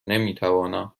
نمیتوانم